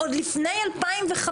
עוד לפני 2015?